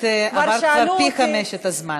את עברת כבר פי-חמישה את הזמן.